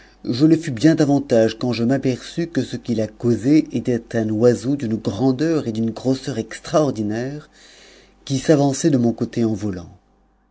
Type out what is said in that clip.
je le fus bien davantage quand je m'aperçus que ce qui ta c sait était un oiseau d'une grandeur et d'une grosseur extraordinaires n s'avançait de mon côté en volant